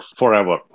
forever